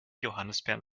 johannisbeeren